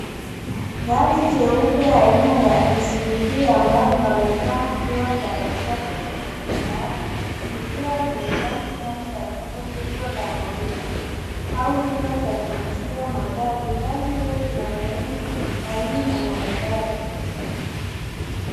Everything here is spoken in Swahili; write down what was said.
Gari jeupe aina ya SUV ambalo linaoneka kuwa la kisasa na la kifahari likiwa limepaki ndani ya jengo kubwa la maonyesho au chumba cha kuuzia magari. Gari hilo lina muundo laini na maridadi.